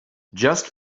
just